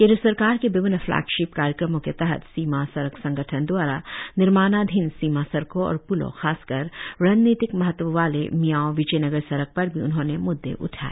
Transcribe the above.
केंद्र सरकार के विभिन्न फ्लेगशिप कार्यक्रमो के तहत सीमा सड़क संगठन दवारा निर्माणाधीन सीमा सड़को और प्लो खासकर रणनीतिक महत्व वाले मियाओ विजयनगर सड़क पर भी उन्होंने म्द्दे उठाए